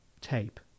Tape